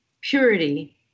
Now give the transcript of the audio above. purity